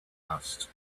asked